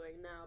now